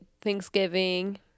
Thanksgiving